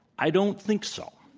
i don't think so.